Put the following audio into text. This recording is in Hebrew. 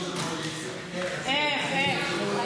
סעיף 1